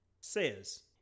says